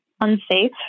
unsafe